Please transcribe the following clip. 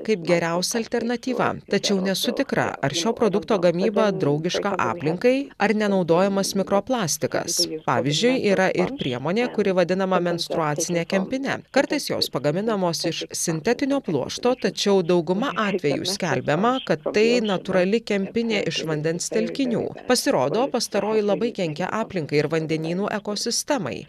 kaip geriausia alternatyva tačiau nesu tikra ar šio produkto gamyba draugiška aplinkai ar nenaudojamas mikroplastikas pavyzdžiui yra ir priemonė kuri vadinama menstruacine kempine kartais jos pagaminamos iš sintetinio pluošto tačiau dauguma atvejų skelbiama kad tai natūrali kempinė iš vandens telkinių pasirodo pastaroji labai kenkia aplinkai ir vandenynų ekosistemai